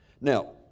Now